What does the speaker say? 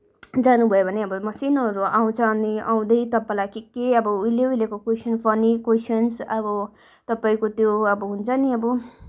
जानुभयो भने अब मसिनोहरू आउँछ अनि आउँदै तपाईँलाई के के अब उहिले उहिलेको क्वेसन फनी क्वेसन्स अब तपाईँको त्यो अब हुन्छ नि अब